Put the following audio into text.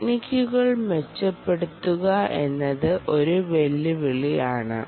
ടെക്നിക്കുകൾ മെച്ചപ്പെടുത്തുക എന്നത് ഒരു വെല്ലുവിളിയാണ്